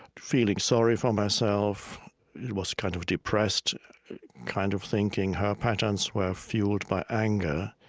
feeling sorry for myself. it was kind of depressed kind of thinking. her patterns were fueled by anger.